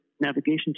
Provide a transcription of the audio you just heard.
navigation